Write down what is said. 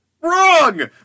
Wrong